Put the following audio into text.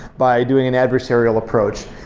by doing an adversarial approach.